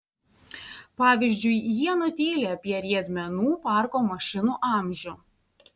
pavyzdžiui jie nutyli apie riedmenų parko mašinų amžių